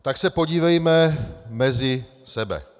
Tak se podívejme mezi sebe.